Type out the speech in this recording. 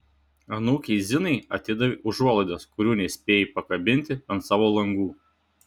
anūkei zinai atidavei užuolaidas kurių nespėjai pakabinti ant savo langų